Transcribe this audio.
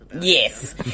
Yes